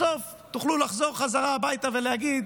בסוף תוכלו לחזור בחזרה הביתה ולהגיד: